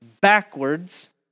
backwards